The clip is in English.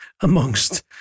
amongst